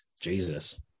jesus